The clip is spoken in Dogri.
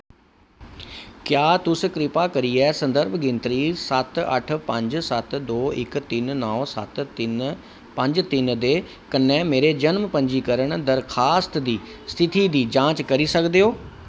क्या तुस किरपा करियै संदर्भ गिनतरी सत्त अट्ठ पंज सत्त दो इक तिन नौ सत्त तिन पंज तिन दे कन्नै मेरे जनम पंजीकरण दरखास्त दी स्थिति दी जांच करी सकदे ओ